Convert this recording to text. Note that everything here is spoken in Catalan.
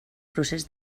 procés